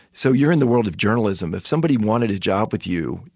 so you're in the world of journalism. if somebody wanted a job with you,